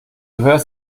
hörst